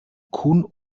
kuhn